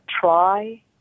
try